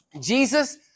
Jesus